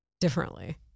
differently